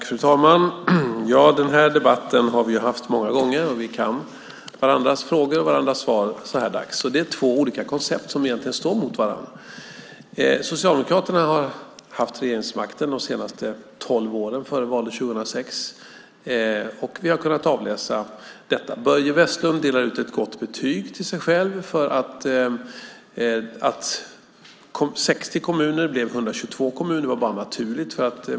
Fru talman! Den här debatten har vi haft många gånger, så vi kan varandras frågor och varandras svar så här dags. Det är egentligen två olika koncept som står mot varandra. Socialdemokraterna hade regeringsmakten under de sista tolv åren före valet 2006, och vi har kunnat avläsa detta. Börje Vestlund delar ut ett gott betyg till sig själv för att 60 kommuner blev 122 kommuner. Det var bara naturligt.